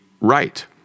right